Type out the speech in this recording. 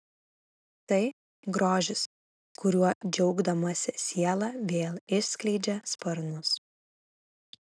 tai grožis kuriuo džiaugdamasi siela vėl išskleidžia sparnus